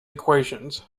equations